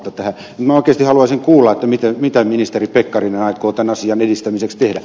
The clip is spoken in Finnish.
minä oikeasti haluaisin kuulla mitä ministeri pekkarinen aikoo tämän asian edistämiseksi tehdä